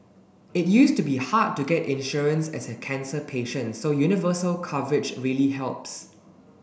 it used to be hard to get insurance as a cancer patient so universal coverage really helps